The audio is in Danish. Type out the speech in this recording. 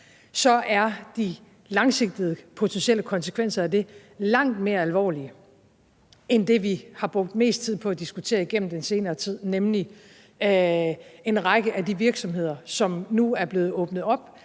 så er de langsigtede potentielle konsekvenser af det langt mere alvorlige end det, vi har brugt mest tid på at diskutere igennem den senere tid, nemlig en række af de virksomheder, som nu er blevet åbnet op,